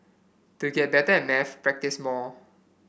to get better at maths practise more